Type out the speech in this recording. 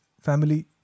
family